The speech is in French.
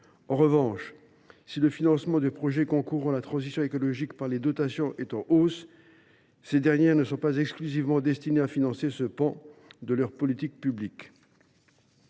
En revanche, si le financement de projets concourant à la transition écologique par les dotations est en hausse, ces dernières ne sont pas exclusivement destinées à financer ce pan de leurs politiques publiques.